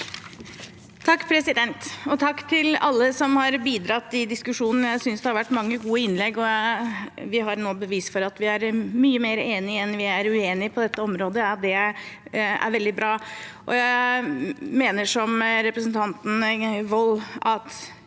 (H) Takk til alle som har bidratt i diskusjonen. Jeg synes det har vært mange gode innlegg, og vi har nå bevis for at vi er mye mer enig enn vi er uenig på dette området. Det er veldig bra. Jeg mener som representanten Wold at